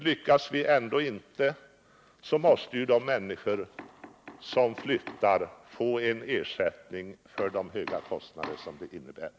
Lyckas vi ändå inte, så måste ju de människor som flyttar få en viss ersättning för de stora kostnader som flyttningen innebär.